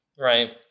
Right